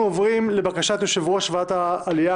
אנחנו עוברים לבקשת יושב-ראש ועדת העלייה,